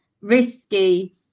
risky